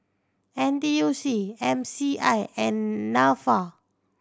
N T U C M C I and Nafa